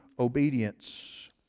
obedience